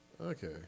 Okay